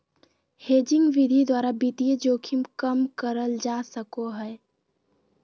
hedging विधि द्वारा वित्तीय जोखिम कम करल जा सको हय